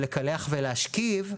"לקלח ולהשכיב"